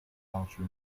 culture